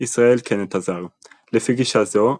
ישראל כנטע זר – לפי גישה זו,